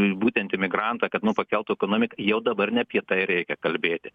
būtent imigrantą kad nu pakeltų ekonomiką jau dabar ne apie tai reikia kalbėti